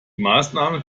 maßnahmen